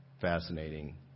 Fascinating